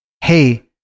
hey